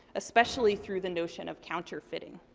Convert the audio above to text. especially through the notion of counterfeiting.